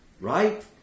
right